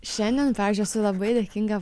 šiandien pavyzdžiui esu labai dėkinga